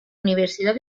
universidad